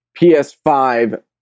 PS5